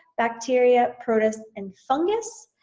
bacteria, protists, and fungus.